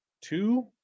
Two